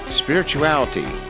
spirituality